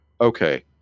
okay